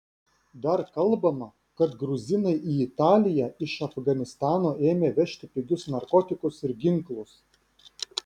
dar kalbama kad gruzinai į italiją iš afganistano ėmė vežti pigius narkotikus ir ginklus